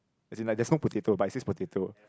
as in like there's no potato but it is potato